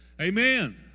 Amen